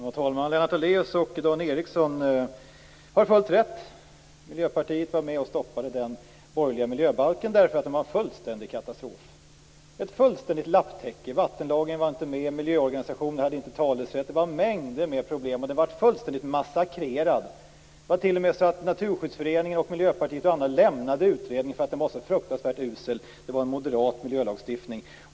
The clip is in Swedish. Fru talman! Lennart Daléus och Dan Ericsson har helt rätt. Miljöpartiet var med och stoppade den borgerliga miljöbalken därför att den var en fullständig katastrof. Den var ett stort lapptäcke. Vattenlagen var inte med. Miljöorganisationer hade inte rätt att uttala sig. Det var mängder med problem. Den blev fullständigt massakrerad. Det var t.o.m. så att Naturskyddsföreningen, Miljöpartiet och andra lämnade utredningen för att den var så fruktansvärt usel. Det var en moderat miljölagstiftning.